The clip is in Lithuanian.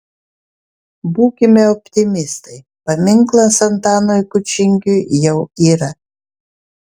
būkime optimistai paminklas antanui kučingiui jau yra